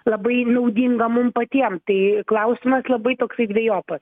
labai naudinga mum patiem tai klausimas labai toksai dvejopas